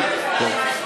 כן, טוב.